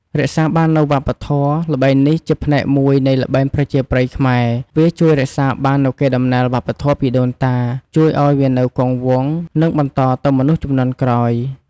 រក្សាបាននូវវប្បធម៌ ល្បែងនេះជាផ្នែកមួយនៃល្បែងប្រជាប្រិយខ្មែរ វាជួយរក្សាបាននូវកេរដំណែលវប្បធម៌ពីដូនតា ជួយឲ្យវានៅគង់វង្ស និងបន្តទៅមនុស្សជំនាន់ក្រោយ។